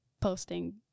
posting